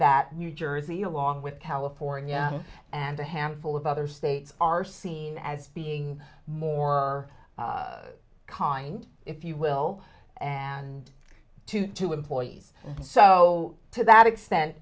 that new jersey along with california and a handful of other states are seen as being more kind if you will and to to employees and so to that extent